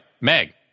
Meg